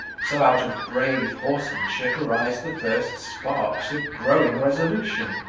so out of brave horsemanship arise the first sparks of growing resolution,